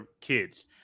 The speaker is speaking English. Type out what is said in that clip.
kids